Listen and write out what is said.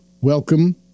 welcome